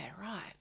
right